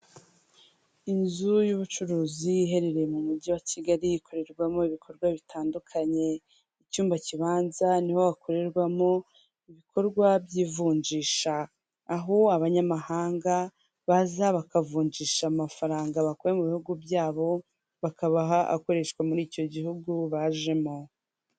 Inzu y'ubucuruzi iherereye mu mujyi wa kigali ikorerwamo ibikorwa bitandukanye ,icyumba kibanza niho hakorerwamo ibikorwa by'ivunjisha aho abanyamahanga baza bakavunjisha amafaranga bakuye mu bihugu byabo, bakabaha akoreshwa mur' icyo gihugu bajemo.